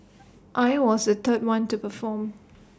I was the third one to perform